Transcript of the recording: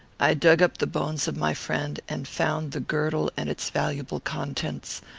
i dug up the bones of my friend, and found the girdle and its valuable contents,